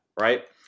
right